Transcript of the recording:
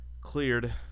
cleared